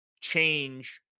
change